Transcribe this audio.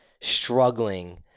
struggling